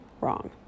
wrong